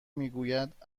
میگوید